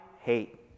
hate